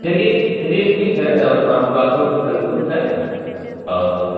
चलिए चलिए ठीक है हम आपकी बातों से संतुष्ट हैं और